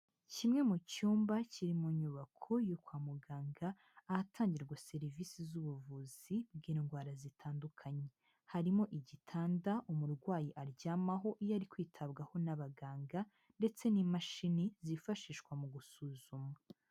Kimwe mu cyumba kiri mu nyubako yo kwa muganga ahatangirwa serivisi z'ubuvuzi bw'indwara zitandukanye, harimo igitanda umurwayi aryamaho iyo ari kwitabwaho n'abaganga ndetse n'imashini zifashishwa mu gusuzuma.